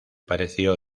pareció